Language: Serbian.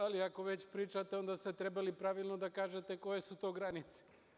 Ali, ako već pričate, onda ste trebali pravilno da kažete koje su to granice.